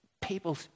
People